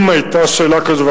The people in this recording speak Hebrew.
אם היתה שאלה כזאת,